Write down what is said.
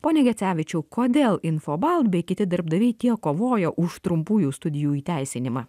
pone gecevičiau kodėl infobalt bei kiti darbdaviai tiek kovojo už trumpųjų studijų įteisinimą